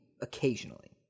occasionally